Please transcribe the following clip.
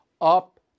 up